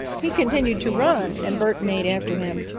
he continued to run and bert made after him.